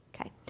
Okay